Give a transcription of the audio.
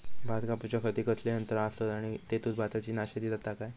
भात कापूच्या खाती कसले यांत्रा आसत आणि तेतुत भाताची नाशादी जाता काय?